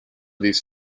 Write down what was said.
these